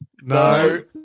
No